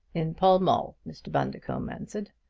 in pall mall, mr. bundercombe answered.